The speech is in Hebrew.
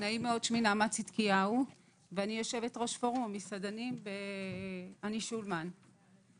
אני יושבת-ראש פורום המסעדנים ב"אני שולמן".